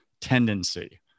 tendency